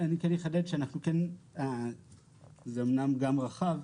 אני כן אחדד שזה אמנם גם רחב,